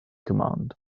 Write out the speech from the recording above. command